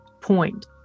point